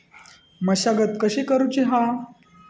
मशागत कशी करूची हा?